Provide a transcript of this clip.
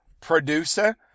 producer